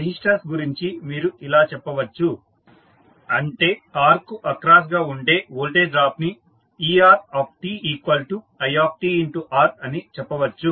resistors గురించి మీరు ఇలా చెప్పవచ్చు అంటే R కు అక్రాస్ గా ఉండే వోల్టేజ్ డ్రాప్ ని eRtitR అని చెప్పవచ్చు